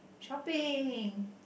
shopping